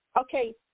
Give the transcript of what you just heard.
Okay